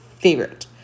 favorite